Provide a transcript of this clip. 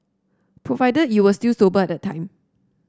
provided you were still sober at time